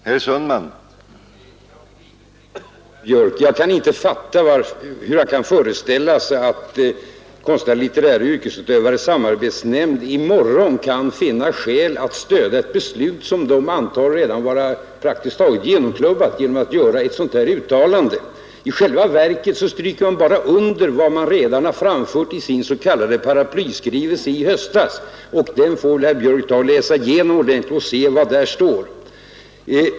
Herr talman! Jag kan inte fatta hur herr Björk i Göteborg kan föreställa sig att konstnärliga och litterära yrkesutövares samarbetsnämnd i går skulle kunna finna skäl att genom ett sådant här uttalande stödja ett beslut som nämnden antar redan praktiskt taget är klubbat. I själva verket stryker man bara under vad man redan framfört i sin s.k. paraplyskrivelse i höstas. Den får herr Björck läsa igenom ordentligt och verkligen se efter vad där står.